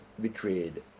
betrayed